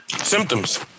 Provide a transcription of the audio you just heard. Symptoms